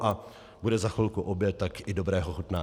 A bude za chvilku oběd, tak i dobré pochutnání.